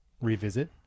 revisit